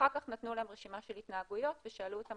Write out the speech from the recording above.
אחר כך נתנו להן רשימה של התנהגויות ושאלו אותן